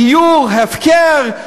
גיור, הפקר.